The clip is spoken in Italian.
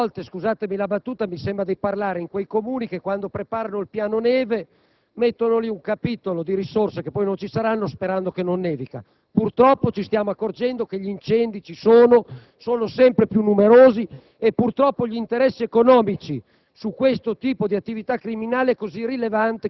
Quando parliamo di risorse, scusate la battuta, molte volte mi sembra di essere in uno di quei Comuni che quando preparano il piano neve mettono nel relativo capitolo risorse che poi non ci saranno, sperando che non nevichi. Purtroppo, ci stiamo accorgendo che gli incendi ci sono, sono sempre più numerosi e purtroppo gli interessi economici